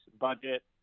budget